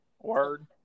Word